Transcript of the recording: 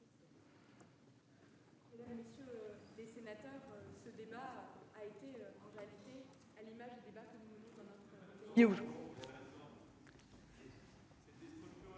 Merci